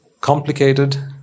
complicated